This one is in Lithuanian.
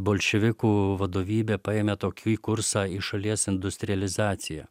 bolševikų vadovybė paėmė tokį kursą į šalies industrializaciją